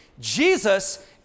Jesus